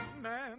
Man